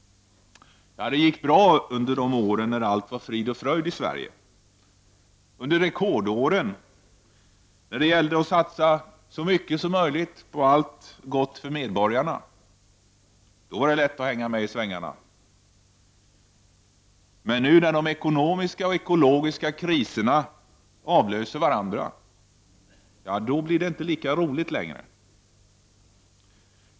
Det gick bra under de år då allt var frid och fröjd i Sverige. Under rekordåren, när det gällde att satsa så mycket som möjligt på allt gott för medborgarna, då var det lätt att hänga med i svängarna. Men nu, när de ekonomiska och ekologiska kriserna avlöser varandra, blir det inte lika roligt längre.